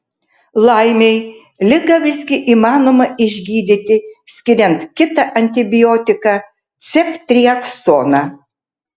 laimei ligą visgi įmanoma išgydyti skiriant kitą antibiotiką ceftriaksoną